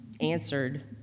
answered